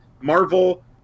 Marvel